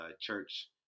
church